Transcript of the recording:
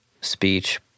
speech